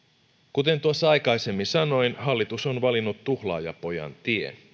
kuten tuossa aikaisemmin sanoin hallitus on valinnut tuhlaajapojan tien